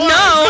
no